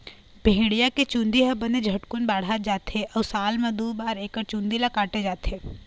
भेड़िया के चूंदी ह बने झटकुन बाढ़त जाथे अउ साल म दू बार एकर चूंदी ल काटे जाथे